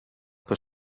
per